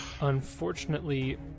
Unfortunately